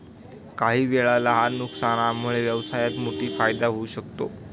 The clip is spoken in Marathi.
काहीवेळा लहान नुकसानामुळे व्यवसायात मोठा फायदा होऊ शकतो